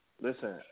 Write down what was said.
listen